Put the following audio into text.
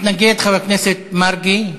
מתנגד חבר הכנסת מרגי,